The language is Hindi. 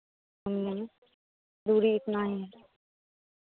ह्म्म दूरी इतना ही है